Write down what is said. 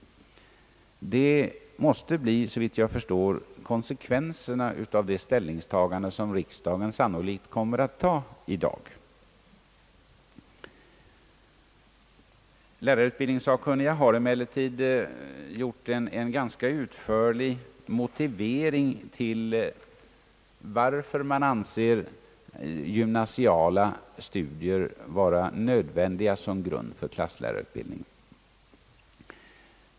Detta måste såvitt jag förstår bli konsekvenserna av den ståndpunkt som riksdagen sannolikt kommer att intaga i dag. Lärarutbildningssakkunniga har emellertid presterat en ganska utförlig motivering för uppfattningen att gymnasiala studier bör anses nödvändiga som grund för klasslärarutbildningen.